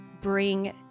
bring